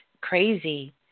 crazy